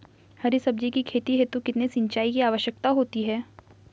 हरी सब्जी की खेती हेतु कितने सिंचाई की आवश्यकता होती है?